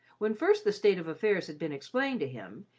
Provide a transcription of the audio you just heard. when first the state of affairs had been explained to him,